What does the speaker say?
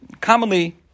commonly